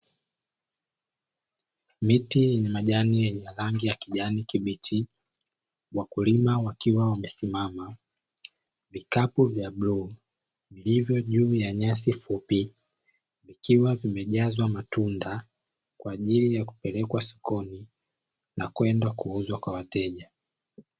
Miti ina majani yenye rangi ya kijani kibichi, wakulima wakiwa wamesimama, vikapu vya bluu vilivyo juu ya nyasi fupi vikiwa vimejazwa matunda kwa ajili ya kupelekwa sokoni na kwenda kuuzwa kwa wateja.